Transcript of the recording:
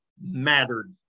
mattered